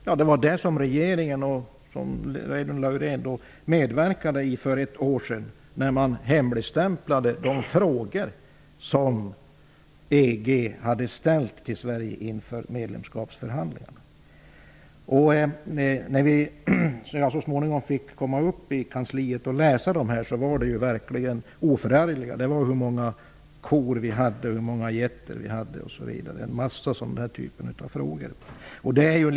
Det medverkade regeringen och Reidunn Laurén till för ett år sedan, när man hemligstämplade de frågor som EG hade ställt till Sverige inför medlemskapsförhandlingarna. Jag fick så småningom komma upp på kansliet och läsa dem. Det visade sig då att de verkligen var oförargliga -- de gällde hur många kor vi hade, hur många getter vi hade, osv. Det var en massa frågor av den typen.